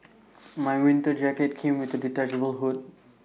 my winter jacket came with A detachable hood